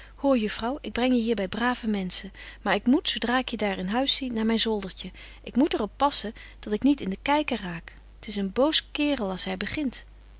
hoor juffrouw ik breng je hier by brave menschen maar ik moet zo dra ik je daar in huis zie naar myn zoldertje ik moet er op passen dat ik niet in de kyker raak t is een boos kaerel als hy begint